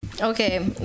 Okay